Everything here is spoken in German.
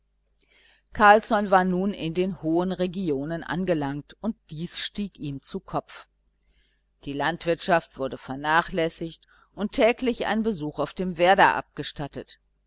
carlsson war nun in den hohen regionen angelangt und dies stieg ihm zu kopf die landwirtschaft wurde vernachlässigt und täglich ein besuch auf dem werder abgestattet